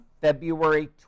February